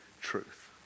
truth